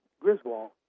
Griswold